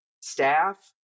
staff